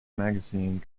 magazine